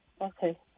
Okay